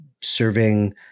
serving